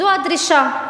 זו הדרישה.